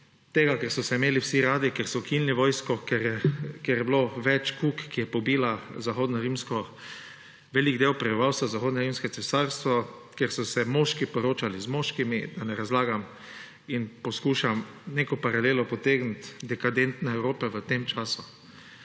tega, ker so se imeli vsi radi, ker so ukinili vojsko, ker je bilo več kug, ki je pobila velik del prebivalstva zahodnega rimskega cesarstva, kjer so se moški poročali z moškimi – da ne razlagam, in poskušam neko paralelo potegniti dekadentne Evrope v tem času.